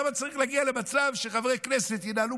למה אני צריך להגיע למצב שחברי כנסת ינהלו